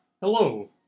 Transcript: Hello